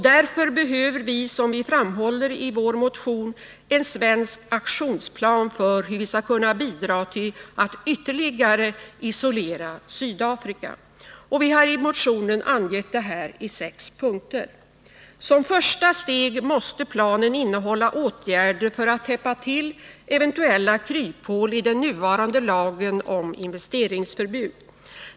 Därför behöver vi, som vi framhåller i den socialdemokratiska partimotionen, en svensk aktionsplan för hur vi skall kunna bidra till att ytterligare isolera Sydafrika. Vi har i motionen angett detta i sex punkter. Som första steg måste planen innehålla åtgärder för att täppa till eventuella kryphål i den nuvarande lagen om investeringsförbud.